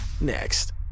next